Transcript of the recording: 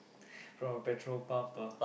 from a petrol pump ah